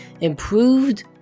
Improved